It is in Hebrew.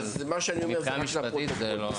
אבל מבחינה משפטית זה לא.